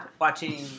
watching